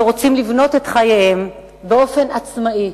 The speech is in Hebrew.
שרוצים לבנות את חייהם באופן עצמאי